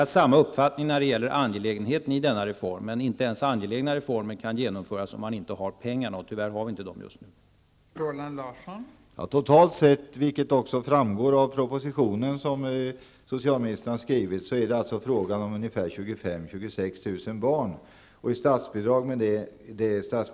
När det gäller angelägenheten av denna reform har Roland Larsson och jag samma uppfattning, men inte ens angelägna reformer kan genomföras om man inte har tillräckligt med pengar, och tyvärr har vi inte det just nu.